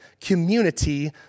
Community